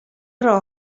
راه